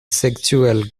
sexual